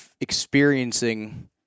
experiencing